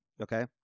Okay